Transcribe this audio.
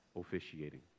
officiating